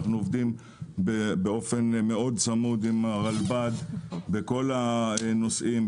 אנחנו באופן צמוד מאוד עם הרלב"ד בכל הנושאים,